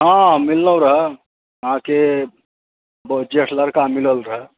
हँ मिललहुॅं रहे अहाँकेँ ज्येष्ठ लड़का मिलल रहे